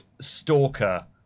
stalker